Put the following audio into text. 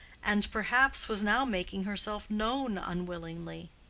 and perhaps was now making herself known unwillingly.